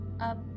up